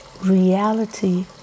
reality